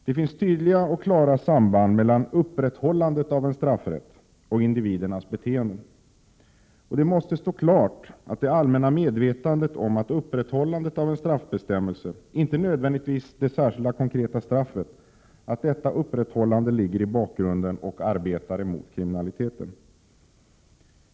Det finns tydliga och klara samband mellan upprätthållandet av en straffrätt och individernas beteende. Det måste stå klart att det allmänna medvetandet om upprätthållandet av en straffbestämmelse — inte nödvändigtvis det särskilda, konkreta straffet — ligger i bakgrunden och arbetar mot kriminaliteten.